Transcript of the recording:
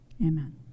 amen